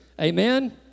Amen